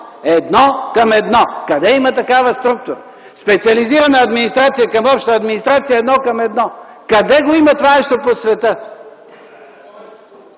едно към едно. Къде има такава структура? Специализирана администрация към обща администрация – едно към едно! Къде го има това нещо по света?